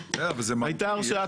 בסדר אבל זה מהותי, יש להם הרשאה.